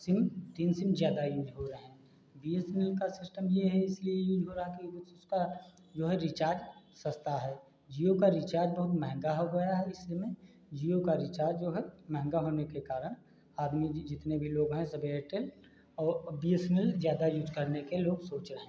SIM तीन sim ज़्यादा use हो रहे हैं बी एस एन एल का सिस्टम यह है इसलिए यूज हो रहा कि उस उसका जो है रीचार्ज सस्ता है जिओ का रीचार्ज बहुत महँगा हो गया है इस समय जिओ का रीचार्ज जो है महँगा होने के कारण आदमी जितने भी लोग हैं सब एयरटेल और अब बी एस एन एल ज़्यादा यूज करने के लोग सोच रहे हैं